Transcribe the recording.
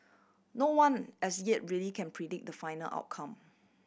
no one as yet really can predict the final outcome